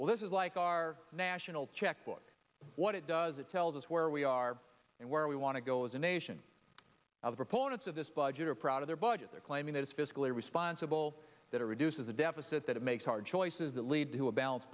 well this is like our national checkbook what it does it tells us where we are and where we want to go as a nation of proponents of this budget are proud of their budget they're claiming that it's fiscally responsible that it reduces the deficit that it makes our choices that lead to a balance